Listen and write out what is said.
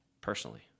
personally